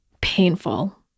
painful